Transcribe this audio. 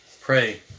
Pray